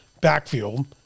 backfield